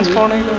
morning,